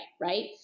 right